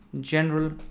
general